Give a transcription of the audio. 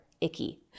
icky